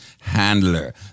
handler